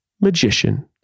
magician